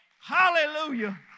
Hallelujah